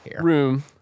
room